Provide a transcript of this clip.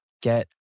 get